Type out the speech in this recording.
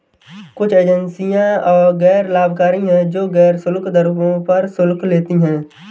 कुछ एजेंसियां गैर लाभकारी हैं, जो गैर शुल्क दरों पर शुल्क लेती हैं